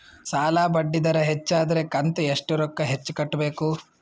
ಸಾಲಾ ಬಡ್ಡಿ ದರ ಹೆಚ್ಚ ಆದ್ರ ಕಂತ ಎಷ್ಟ ರೊಕ್ಕ ಹೆಚ್ಚ ಕಟ್ಟಬೇಕು?